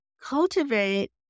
cultivate